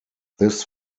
this